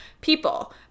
people